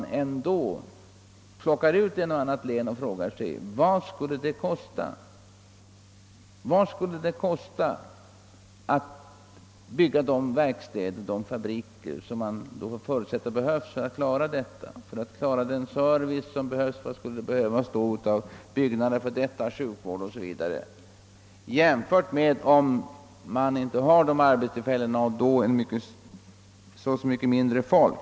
Vi behöver inte plocka ut det och det länet och fråga vad det skulle kosta att bygga de verkstäder och fabriker som kan behövas för att klara sysselsättningen och den allmänna servicen, exempelvis bostäder, förbättrad sjukvård 0. s. v., och jämföra med hur det skulle vara att inte ha de arbetstillfällena och därigenom få en så och så mycket mindre befolkning.